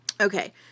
Okay